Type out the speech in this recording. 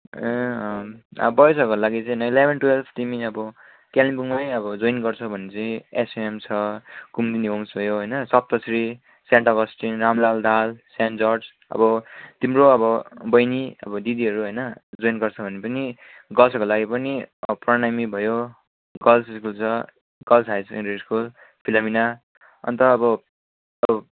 ए अँ बयजहरूको लागि चाहिँ इलेभेन ट्वेल्भ कालिम्पोङमै अब जोइन गर्छौ भने चाहिँ एसएएम छ कुमुदुनी होम्स भयो होइन Saptashri Saint Augustine Ramlal Dahal Saint George तिमीहरू अब बहिनी दिदीहरू होइन जोइन गर्छ भने पनि गर्ल्सहरूको लागि पनि अब प्रणामी भयो गर्ल्स स्कुल छ girls higher secondary school Philomena अन्त अब